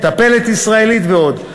מטפלת ישראלית ועוד.